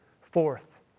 Fourth